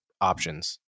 options